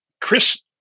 Chris